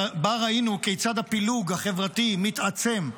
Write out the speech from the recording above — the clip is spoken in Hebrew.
שבה ראינו כיצד הפילוג החברתי מתעצם,